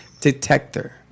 detector